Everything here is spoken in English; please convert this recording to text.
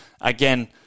again